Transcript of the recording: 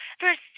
first